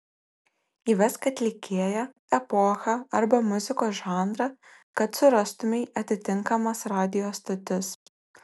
įvesk atlikėją epochą arba muzikos žanrą kad surastumei atitinkamas radijo stotis